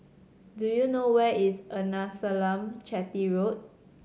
do you know where is Arnasalam Chetty Road